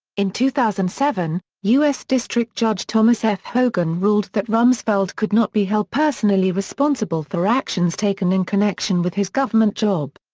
in two thousand and seven, u s. district judge thomas f. hogan ruled that rumsfeld could not be held personally responsible for actions taken in connection with his government job.